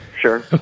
Sure